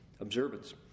observance